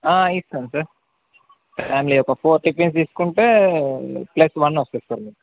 ఇస్తాను sir family ఒక four tiffins తీసుకుంటే ప్లస్ వన్ వస్తది సార్ మీకు